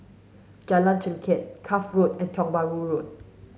Jalan Chengkek Cuff Road and Tiong Bahru Road